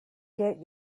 get